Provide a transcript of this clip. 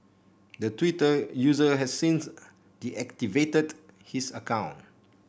the Twitter user has since deactivated his account